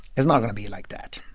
it's not going to be like that,